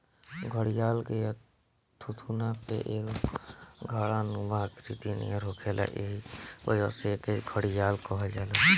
घड़ियाल के थुथुना पे एगो घड़ानुमा आकृति नियर होखेला एही वजह से एके घड़ियाल कहल जाला